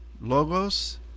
logos